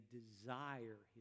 desire